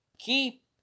Keep